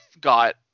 got